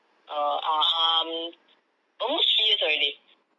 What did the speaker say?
err uh um almost three years already